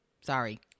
Sorry